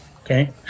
Okay